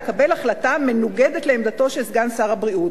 לקבל החלטה מנוגדת לעמדתו של סגן שר הבריאות.